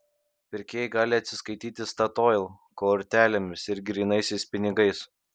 pirkėjai gali atsiskaityti statoil kortelėmis ir grynaisiais pinigais